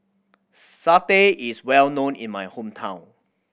satay is well known in my hometown